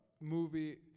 movie